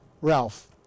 Ralph